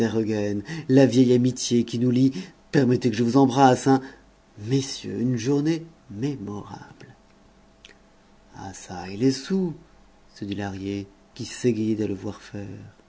la vieille amitié qui nous lie permettez que je vous embrasse hein messieurs une journée mémorable ah çà il est saoul se dit lahrier qui s'égayait à le voir faire